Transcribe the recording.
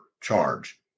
charge